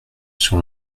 sur